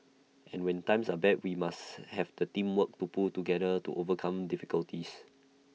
and when times are bad we must have the teamwork to pull together to overcome difficulties